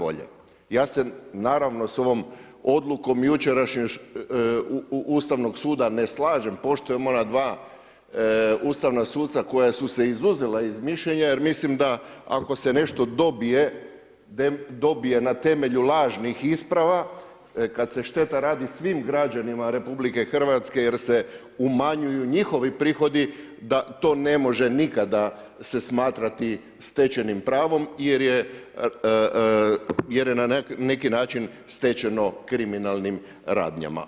Ja se naravno sa ovom odlukom jučerašnjeg Ustavnog suda ne slažem, poštujem ona 2 ustavna suca koja su se izuzela iz mišljenja, jer mislim da ako se nešto dobije, dobije na temelju lažnih isprava, kada se šteta radi svim građanima Republike Hrvatske jer se umanjuju njihovi prihodi da to ne može nikada se smatrati stečenim pravom jer je na neki način stečeno kriminalnim radnjama.